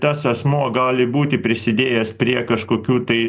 tas asmuo gali būti prisidėjęs prie kažkokių tai